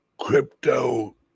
crypto